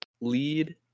lead